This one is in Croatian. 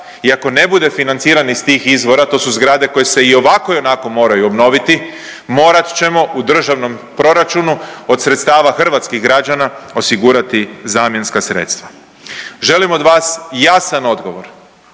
ako ne bude financiran iz tih izvora to su zgrade koje se i ovako i onako moraju obnoviti, morat ćemo u državnom proračunu od sredstava hrvatskih građana osigurati zamjenska sredstva. Želim od vas jasan odgovor,